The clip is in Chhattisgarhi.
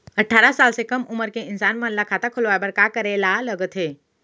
अट्ठारह साल से कम उमर के इंसान मन ला खाता खोले बर का करे ला लगथे?